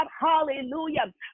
hallelujah